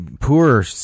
poor